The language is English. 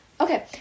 Okay